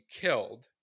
killed